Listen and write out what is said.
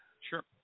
Sure